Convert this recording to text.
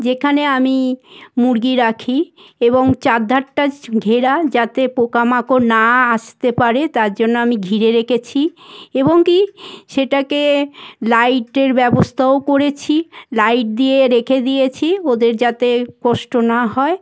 যেখানে আমি মুরগি রাখি এবং চারধারটা ঘেরা যাতে পোকামাকড় না আসতে পারে তার জন্য আমি ঘিরে রেখেছি এবং কী সেটাকে লাইটের ব্যবস্থাও করেছি লাইট দিয়ে রেখে দিয়েছি ওদের যাতে কষ্ট না হয়